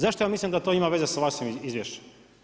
Zašto ja mislim da to ima veze sa vašim izvješćem?